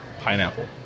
pineapple